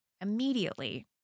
Immediately